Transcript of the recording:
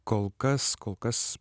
kol kas kol kas